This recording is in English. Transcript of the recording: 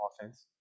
offense